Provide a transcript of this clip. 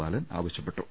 ബാലൻ ആവശ്യപ്പെട്ടു